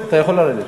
אתה יכול לרדת.